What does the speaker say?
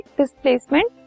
displacement